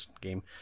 game